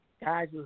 guys